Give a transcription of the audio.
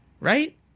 Right